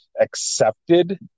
Accepted